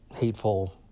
hateful